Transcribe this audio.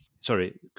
sorry